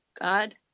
God